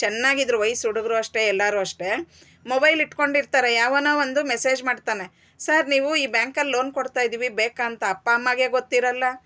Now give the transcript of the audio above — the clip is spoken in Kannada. ಚೆನ್ನಾಗಿದ್ರು ವಯಸ್ಸು ಹುಡುಗ್ರು ಅಷ್ಟೇ ಎಲ್ಲಾರೂ ಅಷ್ಟೇ ಮೊಬೈಲ್ ಇಟ್ಕೊಂಡು ಇರ್ತಾರೆ ಯಾವನೋ ಒಂದು ಮೆಸೇಜ್ ಮಾಡ್ತಾನೆ ಸಾರ್ ನೀವು ಈ ಬ್ಯಾಂಕಲ್ಲಿ ಲೋನ್ ಕೊಡ್ತಾ ಇದ್ದೀವಿ ಬೇಕಾ ಅಂತ ಅಪ್ಪ ಅಮ್ಮಗೆ ಗೊತ್ತಿರೋಲ್ಲ